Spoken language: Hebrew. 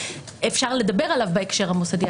אפשר לדבר עליו בהקשר המוסדי,